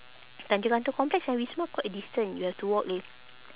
tanjong katong complex and wisma quite a distant you have to walk leh